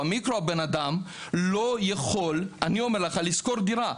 אבל במיקרו האדם לא יכול לשכור דירה,